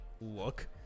look